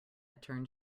turned